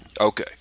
Okay